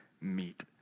meet